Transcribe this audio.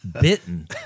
Bitten